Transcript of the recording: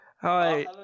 Hi